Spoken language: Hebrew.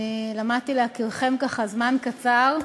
למדתי להכירכם ככה זמן קצר,